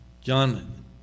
John